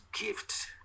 gift